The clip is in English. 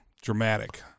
dramatic